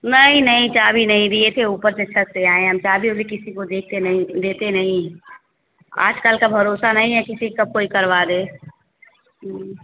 नहीं नहीं चाबी नहीं दिए थे ऊपर से छत से आए हैं हम चाबी ओबी किसी को देते नहीं देते नहीं आज कल का भरोसा नहीं है किसी कब कोई करवा दे